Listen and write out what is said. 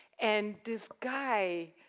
and this guy